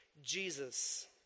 Jesus